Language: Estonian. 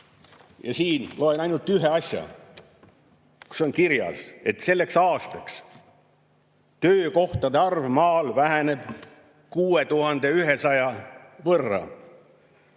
Ja siit loen ainult ühe asja. Siin on kirjas, et selleks aastaks töökohtade arv maal väheneb 6100 võrra